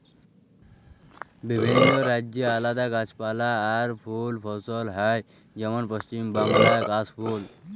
বিভিল্য রাজ্যে আলাদা গাছপালা আর ফুল ফসল হ্যয় যেমল পশ্চিম বাংলায় কাশ ফুল